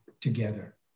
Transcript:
together